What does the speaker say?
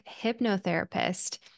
hypnotherapist